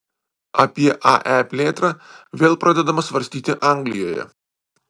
apie ae plėtrą vėl pradedama svarstyti anglijoje